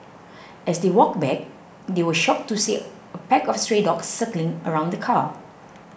as they walked back they were shocked to see a pack of stray dogs circling around the car